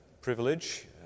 privilege